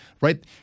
right